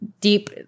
deep